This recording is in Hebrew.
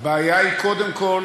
הבעיה היא קודם כול